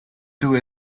two